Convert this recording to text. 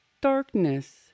darkness